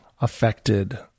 affected